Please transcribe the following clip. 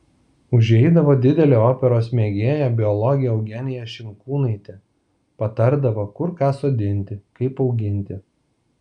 užeidavo didelė operos mėgėja biologė eugenija šimkūnaitė patardavo kur ką sodinti kaip auginti